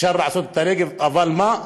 אבל מה?